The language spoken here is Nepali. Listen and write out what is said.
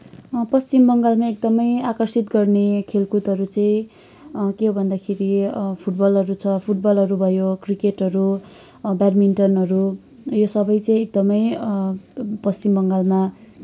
पश्चिम बङ्गालमा एकदमै आकर्षित गर्ने खेलकुदहरू चाहिँ के हो भन्दाखेरि फुटबलहरू छ फुटबलहरू भयो क्रिकेटहरू ब्याडमिन्टनहरू यो सबै चाहिँ एकदमै पश्चिम बङ्गालमा